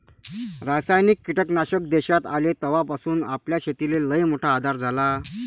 रासायनिक कीटकनाशक देशात आले तवापासून आपल्या शेतीले लईमोठा आधार झाला